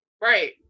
Right